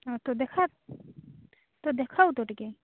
ହଁ ତ ଦେଖା ତ ଦେଖାଅ ତ ଟିକେ